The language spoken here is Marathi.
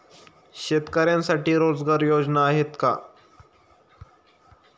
शेतकऱ्यांसाठी रोजगार योजना आहेत का?